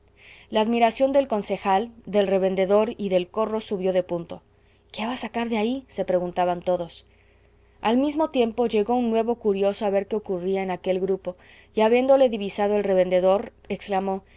la admiración del concejal del revendedor y del corro subió de punto qué va a sacar de ahí se preguntaban todos al mismo tiempo llegó un nuevo curioso a ver qué ocurría en aquel grupo y habiéndole divisado el revendedor exclamó